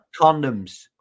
condoms